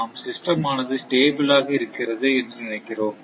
நாம் சிஸ்டம் ஆனது ஸ்டேபில் ஆக இருக்கிறது என்று நினைக்கிறோம்